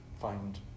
find